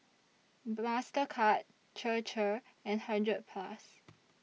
Mastercard Chir Chir and hundred Plus